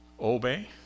Obey